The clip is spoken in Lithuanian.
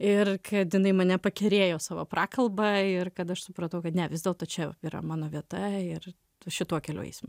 ir kad jinai mane pakerėjo savo prakalba ir kad aš supratau kad ne vis dėlto čia yra mano vieta ir tu šituo keliu eisi